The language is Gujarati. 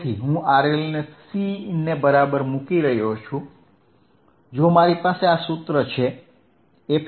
તેથી હું RL ને C ને બરાબર મૂકી રહ્યો છું જો મારી પાસે આ સૂત્ર છે